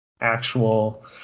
actual